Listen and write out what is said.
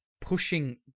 pushing